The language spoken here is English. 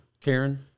Karen